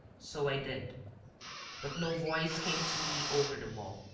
so i did but no voice came to me over the wall.